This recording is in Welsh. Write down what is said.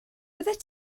byddet